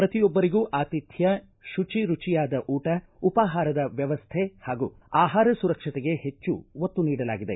ಪ್ರತಿಯೊಬ್ಬರಿಗೂ ಆತಿಥ್ಯ ಶುಚಿ ರುಚಿಯಾದ ಊಟ ಉಪಾಹಾರದ ವ್ಯವಸ್ಥೆ ಹಾಗೂ ಆಹಾರ ಸುರಕ್ಷತೆಗೆ ಹೆಚ್ಚು ಒತ್ತು ನೀಡಲಾಗಿದೆ